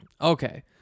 Okay